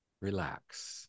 relax